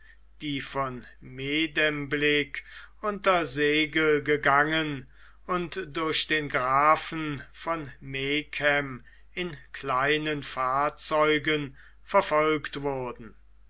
die von medemblick unter segel gegangen und durch den grafen von megen in kleinen fahrzeugen verfolgt wurden